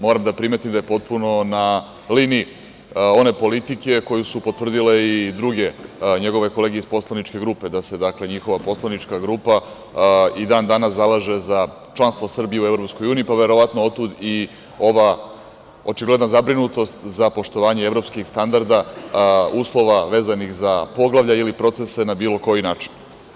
Moram da primetim da je potpuno na liniji one politike koju su potvrdile i druge njegove kolege iz poslaničke grupe, da se njihova poslanička grupa i dan danas zalaže za članstvo Srbije u EU, pa verovatno otud i ova očigledna zabrinutost za poštovanje evropskih standarda, uslova vezanih za poglavlja ili procese na bilo koji način.